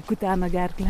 kutena gerklę